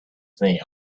thing